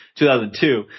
2002